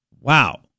Wow